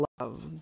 love